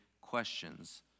questions